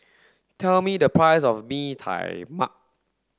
tell me the price of Bee Tai Mak